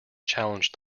challenged